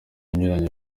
inyuranye